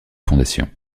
fondations